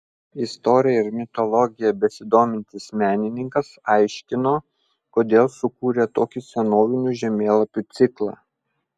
istorija ir mitologija besidomintis menininkas aiškino kodėl sukūrė tokį senovinių žemėlapių ciklą